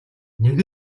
нэг